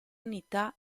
unità